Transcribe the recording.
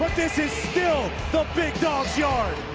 this is still, the big dog's yard.